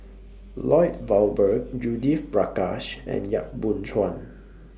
Lloyd Valberg Judith Prakash and Yap Boon Chuan